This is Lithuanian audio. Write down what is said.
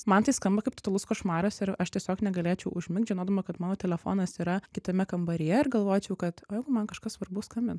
man tai skamba kaip totalus košmaras ir aš tiesiog negalėčiau užmigt žinodama kad mano telefonas yra kitame kambaryje ir galvočiau kad o jeigu man kažkas svarbu skambins